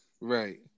Right